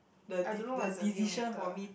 I don't know what is a deal maker